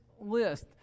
list